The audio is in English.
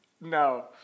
no